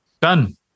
Done